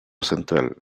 central